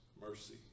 mercy